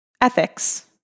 ethics